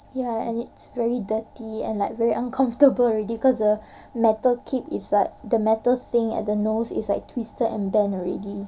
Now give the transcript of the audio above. ya and it's very dirty and like very uncomfortable already cause the metal keep like the metal thing at the nose is like twisted and bent already